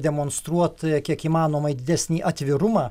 demonstruot kiek įmanomai didesnį atvirumą